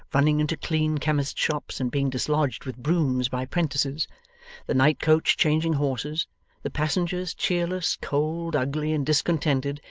running into clean chemists' shops and being dislodged with brooms by prentices the night coach changing horses the passengers cheerless, cold, ugly, and discontented,